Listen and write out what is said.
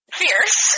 fierce